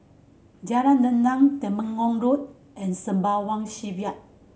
Jalan Rendang Temenggong Road and Sembawang Shipyard